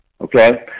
okay